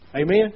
Amen